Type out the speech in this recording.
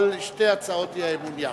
על שתי הצעות האי-אמון יחד.